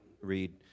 read